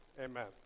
Amen